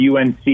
UNC